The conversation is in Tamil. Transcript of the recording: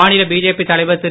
மாநில பிஜேபி தலைவர் திரு